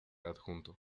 adjunto